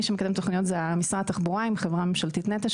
מי שמקדם תוכניות זה משרד התחבורה עם חברה ממשלתית נת"ע,